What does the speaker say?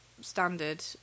standard